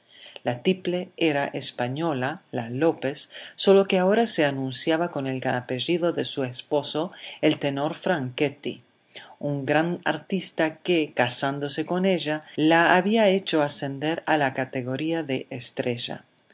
la tiple era española la lópez sólo que ahora se anunciaba con el apellido de su esposo el tenor franchetti un gran artista que casándose con ella la había hecho ascender a la categoría de estrella